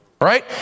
right